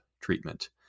treatment